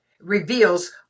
reveals